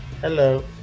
Hello